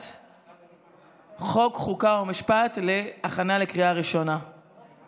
ועוברת להכנה לקריאה ראשונה בוועדת החוקה,